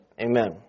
Amen